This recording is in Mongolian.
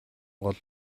гол